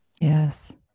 Yes